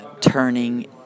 turning